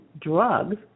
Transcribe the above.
drugs